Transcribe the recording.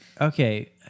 Okay